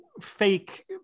fake